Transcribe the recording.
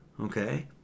Okay